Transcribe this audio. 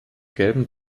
gelben